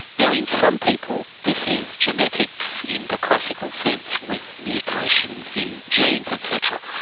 now in some people this is genetics in the classical sense with mutations in genes etc.